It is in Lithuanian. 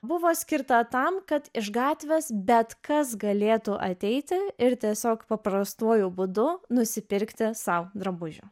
buvo skirta tam kad iš gatvės bet kas galėtų ateiti ir tiesiog paprastuoju būdu nusipirkti sau drabužių